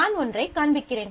நான் ஒன்றைக் காண்பிக்கிறேன்